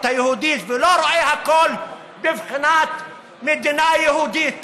היהודית ולא רואה הכול בבחינת מדינה יהודית,